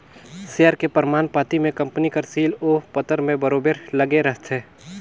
share के परमान पाती में कंपनी कर सील ओ पतर में बरोबेर लगे रहथे